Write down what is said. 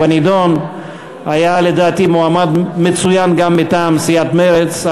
היה לדעתי מועמד מצוין גם מטעם סיעת מרצ.